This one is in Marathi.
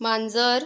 मांजर